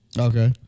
Okay